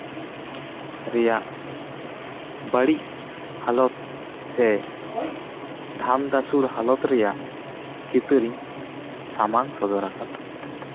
ᱨᱮᱭᱟᱜ ᱵᱟᱹᱲᱤᱡ ᱦᱟᱞᱚᱛ ᱥᱮ ᱫᱷᱟᱢ ᱫᱷᱟᱥᱩᱲ ᱦᱟᱞᱚᱛ ᱨᱮᱭᱟᱜ ᱪᱤᱛᱟᱹᱨᱤᱧ ᱥᱟᱢᱟᱝ ᱥᱚᱫᱚᱨ ᱟᱠᱟᱫᱟ